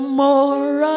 more